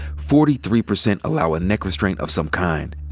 forty three percent allow a neck restraint of some kind.